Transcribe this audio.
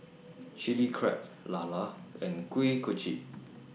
Chilli Crab Lala and Kuih Kochi